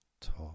top